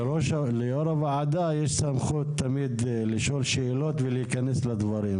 הוכן תסקיר השפעה לסביבה בשנת 91,